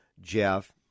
Jeff